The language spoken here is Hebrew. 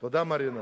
תודה, מרינה.